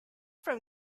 from